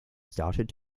started